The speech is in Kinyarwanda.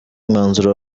umwanzuro